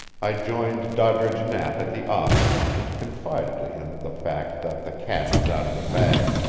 i joined doddridge knapp at the office and confided to him the fact that the cat was out of the bag.